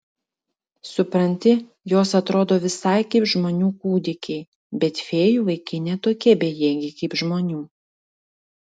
supranti jos atrodo visai kaip žmonių kūdikiai bet fėjų vaikai ne tokie bejėgiai kaip žmonių